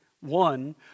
one